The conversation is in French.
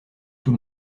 tout